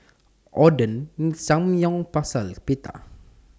Oden Samgyeopsal and Pita